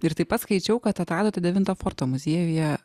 ir taip pat skaičiau kad atradote devinto forto muziejuje